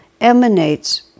emanates